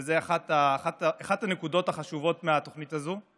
וזו אחת הנקודות החשובות בתוכנית הזו.